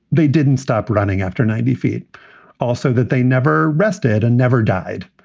they didn't stop running after ninety feet also that they never rested and never died.